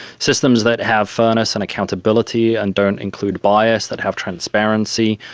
systems that have fairness and accountability and don't include bias, that have transparency,